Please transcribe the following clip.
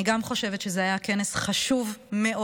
אני גם חושבת שזה היה כנס חשוב מאוד.